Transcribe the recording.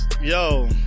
Yo